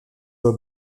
fils